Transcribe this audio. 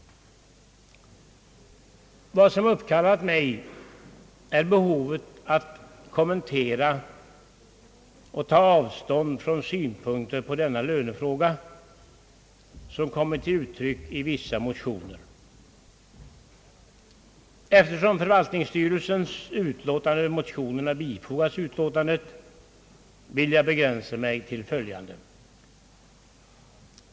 Vad som uppkallat mig är behovet att kommentera och ta avstånd från synpunkter på denna lönefråga som kommit till uttryck i vissa motioner. Eftersom förvaltningskontorets yttrande över motionerna bifogats utlåtandet vill jag begränsa mig till följande. 1.